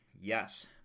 Yes